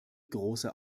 große